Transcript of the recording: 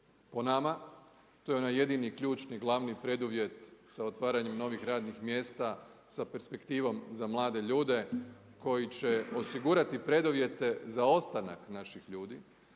Po nama, to je onaj jedini ključni glavni preduvjet sa otvaranjem novih radnih mjesta sa perspektivom za mlade ljude koji će osigurati preduvjete za ostanak naših ljudi,